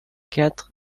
quatre